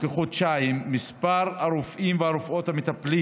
כחודשיים מספר הרופאים והרופאות המטפלים